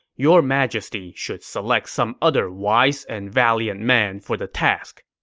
your majesty should select some other wise and valiant man for the task.